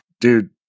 Dude